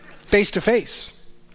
face-to-face